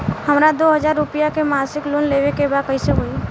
हमरा दो हज़ार रुपया के मासिक लोन लेवे के बा कइसे होई?